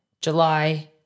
July